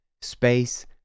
space